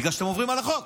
בגלל שאתם עוברים על החוק.